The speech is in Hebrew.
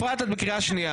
אתה רציני?